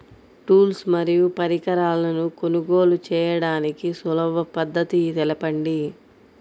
Tools మరియు పరికరాలను కొనుగోలు చేయడానికి సులభ పద్దతి తెలపండి?